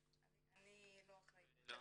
אני לא אחראית על התקציבים,